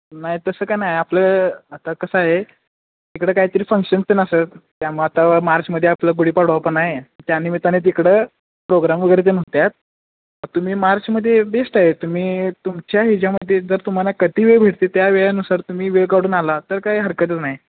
नाही तसं काही नाही आपलं आता कसं आहे तिकडं काहीतरी फंक्शन तेन असं त्यामुळं आता मार्चमध्ये आपलं गुढीपाडवा पण आहे त्या निमित्ताने तिकडं प्रोग्राम वगैरे तेन होतात तुम्ही मार्चमध्ये बेश्ट आहे तुम्ही तुमच्या ह्याच्यामध्ये जर तुम्हाला कधी वेळ भेटते त्या वेळानुसार तुम्ही वेळ काढून आला तर काही हरकतच नाही